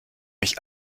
mich